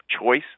choice